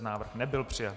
Návrh nebyl přijat.